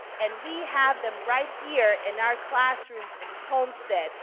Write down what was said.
and we have them right here in our classrooms in homestead,